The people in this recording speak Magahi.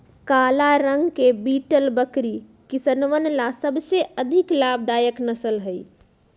काला रंग के बीटल बकरी किसनवन ला सबसे अधिक लाभदायक नस्ल हई